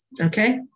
Okay